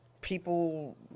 people